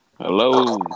Hello